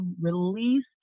release